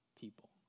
people